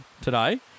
today